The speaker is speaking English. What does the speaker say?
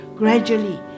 Gradually